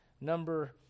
number